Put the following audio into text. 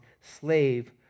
slave